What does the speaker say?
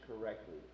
correctly